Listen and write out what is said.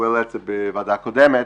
הוא העלה את זה בוועדה קודמת,